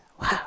Wow